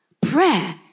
Prayer